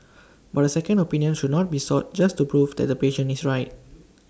but A second opinion should not be sought just to prove that the patient is right